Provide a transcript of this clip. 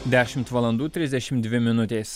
dešimt valandų trisdešim dvi minutės